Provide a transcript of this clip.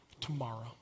tomorrow